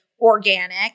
organic